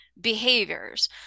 behaviors